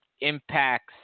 impacts